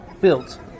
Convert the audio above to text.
built